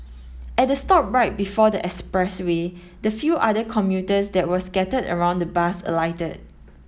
at the stop right before the express way the few other commuters that were scattered around the bus alighted